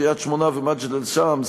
קריית-שמונה ומג'דל-שמס,